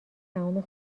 تمام